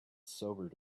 sobered